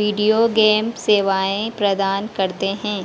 video game सेवाएं प्रदान करते हैं